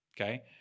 Okay